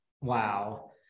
Wow